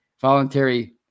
voluntary